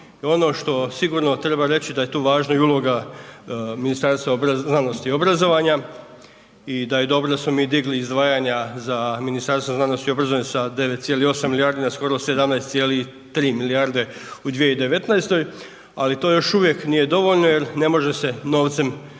Ono što sigurno treba reći da je tu važna i uloga Ministarstva znanosti i obrazovanja i da je dobro da smo mi digli izdvajanja za Ministarstvo znanosti i obrazovanja sa 9,8 milijardi na skoro 17,3 milijarde u 2019., ali to još uvijek nije dovoljno jer ne može se novcem sve